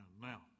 Now